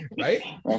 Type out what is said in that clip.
Right